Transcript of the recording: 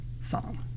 song